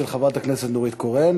של חברת הכנסת נורית קורן,